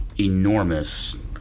Enormous